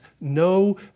no